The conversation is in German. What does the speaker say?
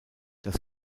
das